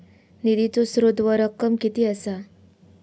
निधीचो स्त्रोत व रक्कम कीती असा?